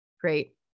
Great